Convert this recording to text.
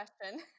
question